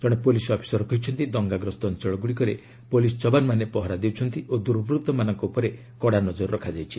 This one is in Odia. ଜଣେ ପୁଲିସ୍ ଅଫିସର କହିଛନ୍ତି ଦଙ୍ଗାଗ୍ରସ୍ତ ଅଞ୍ଚଳଗୁଡ଼ିକରେ ପୁଲିସ ଯବାନମାନେ ପହରା ଦେଉଛନ୍ତି ଓ ଦୁର୍ବର୍ତ୍ତମାନଙ୍କ ଉପରେ କଡ଼ା ନଜର ରଖାଯାଇଛି